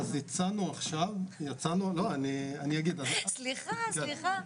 אז הצענו עכשיו --- סליחה, סליחה.